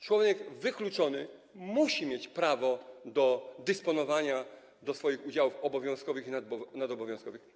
Człowiek wykluczony musi mieć prawo do dysponowania tym, do swoich udziałów obowiązkowych i nadobowiązkowych.